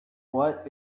what